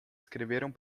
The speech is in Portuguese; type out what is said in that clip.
escreveram